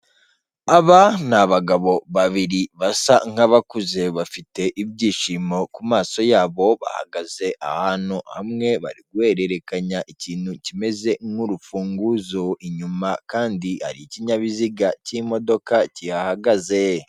Aba ni abagabo babiri basa nk'abakuze bafite ibyishimo kumaso yabo bahagaze ahantu hamwe guhererekanya ikintu kimeze nk'urufunguzo inyuma kandi hari ikinyabiziga cy'imodoka gihagaze.